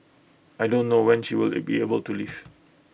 I don't know when she will be able to leave